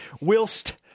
Whilst